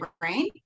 brain